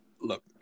look